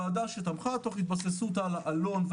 ועדה שתמכה תוך התבססות על העלון.